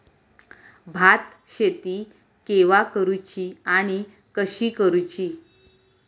भात शेती केवा करूची आणि कशी करुची?